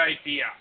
idea